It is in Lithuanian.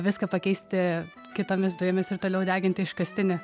viską pakeisti kitomis dujomis ir toliau deginti iškastinį